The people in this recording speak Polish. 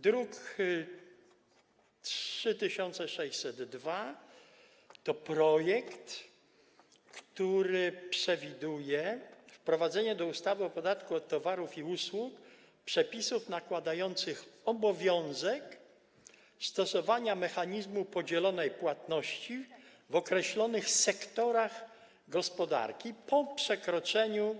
Druk nr 3602 to projekt, który przewiduje wprowadzenie do ustawy o podatku od towarów i usług przepisów nakładających obowiązek stosowania mechanizmu podzielonej płatności w określonych sektorach gospodarki po przekroczeniu